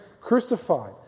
crucified